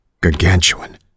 Gargantuan